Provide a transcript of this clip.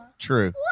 true